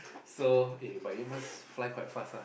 so eh but eight months fly quite fast ah